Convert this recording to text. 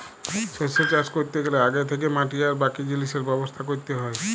শস্য চাষ ক্যরতে গ্যালে আগে থ্যাকেই মাটি আর বাকি জিলিসের ব্যবস্থা ক্যরতে হ্যয়